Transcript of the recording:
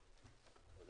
הישיבה ננעלה בשעה 11:40.